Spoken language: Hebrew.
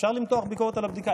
אפשר למתוח ביקורת על הבדיקה,